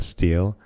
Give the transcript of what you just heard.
Steel